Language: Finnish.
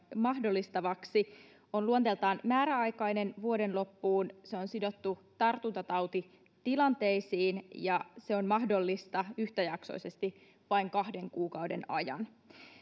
mahdollistavaksi on luonteeltaan määräaikainen vuoden loppuun se on sidottu tartuntatautitilanteisiin ja se on mahdollista yhtäjaksoisesti vain kahden kuukauden ajan